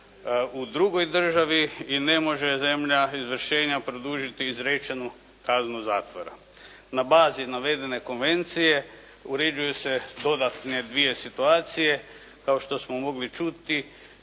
u drugoj državi i ne može zemlja izvršenja produžiti izrečenu kaznu zatvora. Na bazi navedene konvencije uređuju se dodatne dvije situacije. Kao što smo mogli čuti